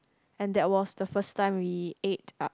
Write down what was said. and that was the first time we ate out